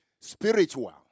Spiritual